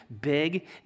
big